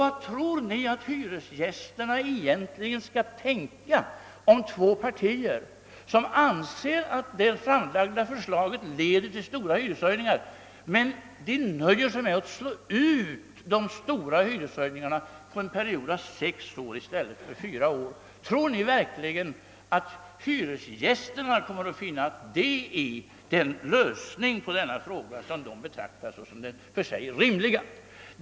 Vad tror ni hyresgästerna egentligen skall tänka om två partier, som anser att det framlagda förslaget leder till stora hyreshöjningar men som nöjer sig med att slå ut hyreshöjningarna på sex år i stället för fyra? Tror ni verkligen att hyresgästerna kommer att betrakta en sådan lösning av denna fråga som den för dem mest rimliga?